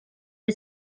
dei